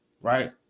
right